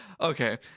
Okay